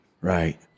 Right